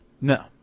No